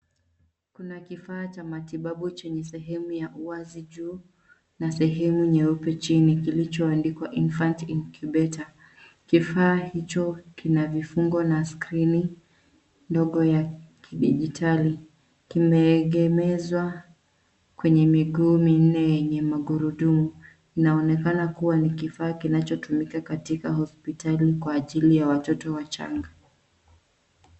Kuna kifaa cha matibabu chenye sehemu ya uwazi juu na sehemu nyeupe chini kilichoandikwa Infant Incubator . Kifaa hicho kina vifungo na skrini ndogo ya kidijitali kimeegemezwa kwenye miguu minne yenye magurudumu. Kinaonekana kuwa ni kifaa kinachotumika katika hospitali kwa ajili ya watoto wachanga.